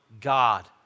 God